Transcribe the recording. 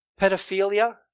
Pedophilia